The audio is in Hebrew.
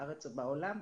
בארץ ובעולם,